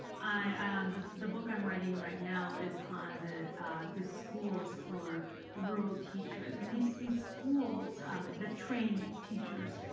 um the the book i'm writing right now is on the the schools for rural teachers and these these schools that train teachers.